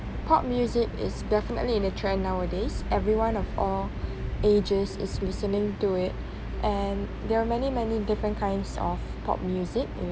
pop music is definitely in a trend nowadays everyone of all ages is listening to it and there are many many different kinds of pop music